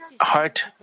heart